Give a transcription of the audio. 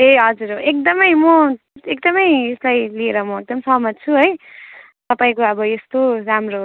ए हजुर हो एकदम म एकदम यसलाई लिएर म एकदम सहमत छु है तपाईँको अब यस्तो राम्रो